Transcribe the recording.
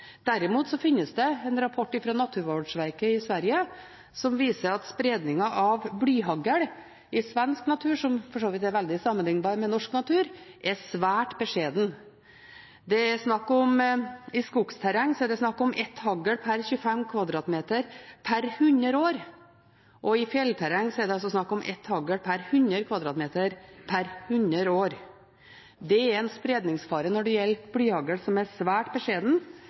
finnes det en rapport fra Naturvårdsverket i Sverige som viser at spredningen av blyhagl i svensk natur – som for så vidt er veldig sammenlignbar med norsk natur – er svært beskjeden. I skogsterreng er det snakk om 1 hagl per 25 m2 per 100 år, og i fjellterreng er det snakk om 1 hagl per 100 m2 per 100 år. Det er en spredningsfare når det gjelder blyhagl, som er svært beskjeden.